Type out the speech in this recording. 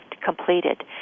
completed